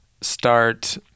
start